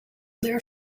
their